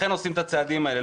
לכן עושים את הצעדים האלה,